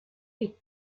big